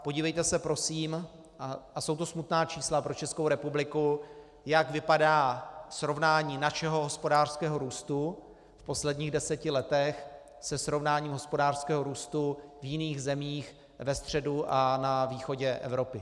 Podívejte se prosím, a jsou to smutná čísla pro Českou republiku, jak vypadá srovnání našeho hospodářského růstu v posledních deseti letech se srovnáním hospodářského růstu v jiných zemích ve středu a na východě Evropy.